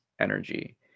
energy